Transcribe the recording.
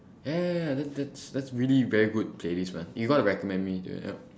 ya ya ya that that that's really very good playlist man you got to recommend me yeah yup